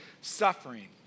suffering